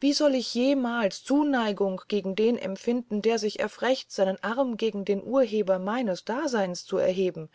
wie soll ich jemals zuneigung gegen den empfinden der sich erfrecht seinen arm gegen den urheber meines daseyns zu erheben